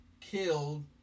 killed